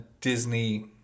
Disney